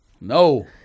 No